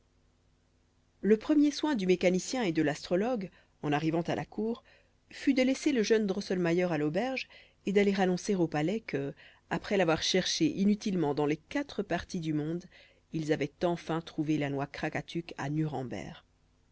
le premier soin du mécanicien et de l'astrologue en arrivant à la cour fut de laisser le jeune drosselmayer à l'auberge et d'aller annoncer au palais que après l'avoir cherchée inutilement dans les quatre parties du monde ils avaient enfin trouvé la noix krakatuk à nuremberg